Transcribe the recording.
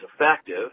effective